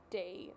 day